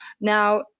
Now